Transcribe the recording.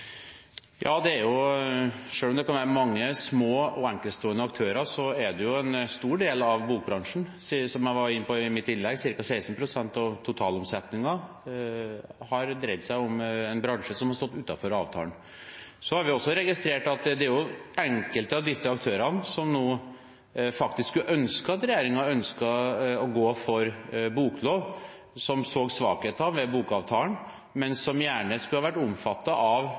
Ja, selv om det kan være mange små og enkeltstående aktører, er det en stor del av bokbransjen, som jeg var inne på i mitt innlegg. Cirka 16 pst. av totalomsetningen har skjedd i en del av bransjen som har stått utenfor avtalen. Så har vi også registrert at enkelte av disse aktørene nå faktisk skulle ønske at regjeringen ønsket å gå for boklov. De så svakheter ved bokavtalen, men skulle gjerne ha vært omfattet av